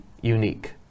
unique